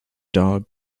dog